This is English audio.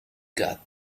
got